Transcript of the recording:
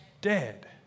dead